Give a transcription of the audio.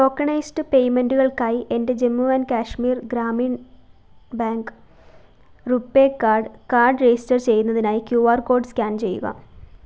tokenised പേയ്മെന്റുകൾക്കായി എൻ്റെ Jammu and Kashmir Grameen bank RuPay card card register ചെയ്യുന്നതിനായി ക്യു ആർ കോഡ് സ്കാൻ ചെയ്യുക